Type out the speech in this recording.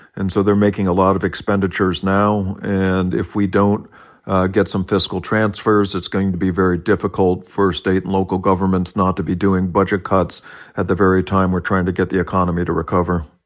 and so they're making a lot of expenditures now. and if we don't get some fiscal transfers, it's going to be very difficult for state and local governments not to be doing budget cuts at the very time we're trying to get the economy to recover